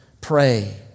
Pray